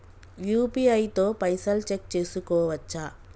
UPI తో పైసల్ check చేసుకోవచ్చా?